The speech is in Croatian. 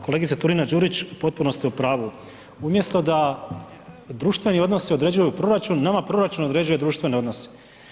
Kolegice Turina Đurić potpuno ste u pravu, umjesto da društveni odnosi određuju proračun nama proračun određuje društvene odnose.